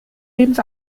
lebens